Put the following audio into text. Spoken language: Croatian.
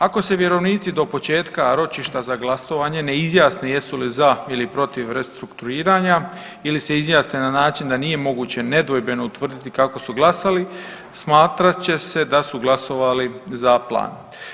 Ako se vjerovnici do početka ročišta za glasovanje ne izjasne jesu li za ili protiv restrukturiranja ili se izjasne na način da nije moguće nedvojbeno utvrditi kako su glasali smatrat će se da su glasovali za plan.